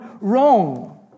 wrong